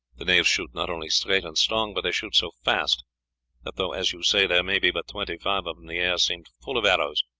the knaves shoot not only straight and strong, but they shoot so fast that though, as you say, there may be but twenty-five of the air seemed full of arrows,